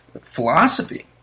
philosophy